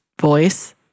voice